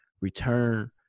return